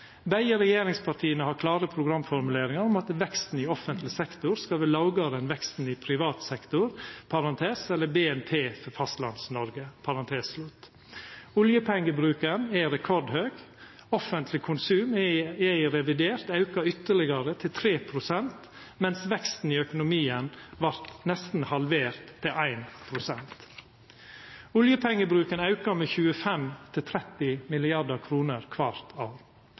Begge regjeringspartia har klare programformuleringar om at veksten i offentleg sektor skal vera lågare enn veksten i privat sektor . Oljepengebruken er rekordhøg, offentleg konsum er i revidert auka ytterlegare til 3 pst., mens veksten i økonomien vart nesten halvert til 1 pst. Oljepengebruken aukar med 25–30 mrd. kr kvart år. Thøgersen-utvalet, som regjeringa sette ned for å vurdera oljepengebruken, tilrår 5–8 mrd. ekstra oljekroner kvart